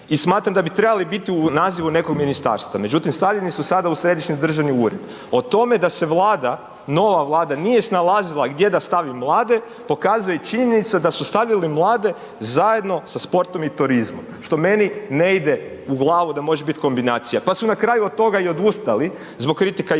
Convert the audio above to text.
i smatram da bi trebali biti u nazivu nekog ministarstva. Međutim stavljeni su sada u središnji državni ured. O tome da se Vlada, nova Vlada nije snalazila gdje da stavi mlade pokazuje i činjenica da su stavili mlade zajedno sa sportom i turizmom. Što meni ne ide u glavu da može biti kombinacija, pa su na kraju od toga i odustali, zbog kritika javnosti.